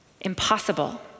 Impossible